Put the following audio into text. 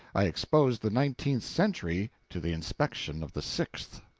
i exposed the nineteenth century to the inspection of the sixth.